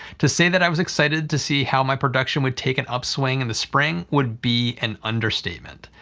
to say that i was excited to see how my production would take an upswing in the spring would be an understatement.